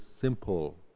simple